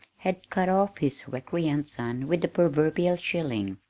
had cut off his recreant son with the proverbial shilling,